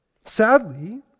Sadly